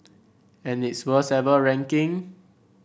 and its worst ever ranking